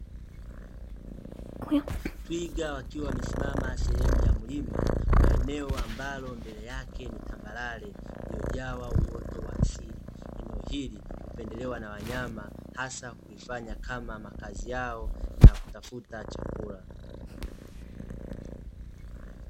Twiga wakiwa wamesimama sehemu ya mlima, wa eneo ambalo mbele yake ni tambarare iliojawa uoto wa asili. Eneo hili, hupendelewa na wanyama hasa kuifanya kama makazi yao na kutafuta chakula.